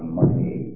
money